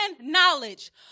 knowledge